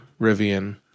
Rivian